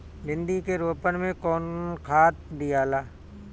भिंदी के रोपन मे कौन खाद दियाला?